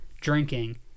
drinking